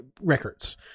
records